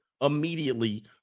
immediately